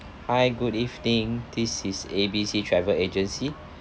hi good evening this is A B C travel agency